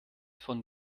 von